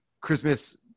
Christmas